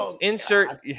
insert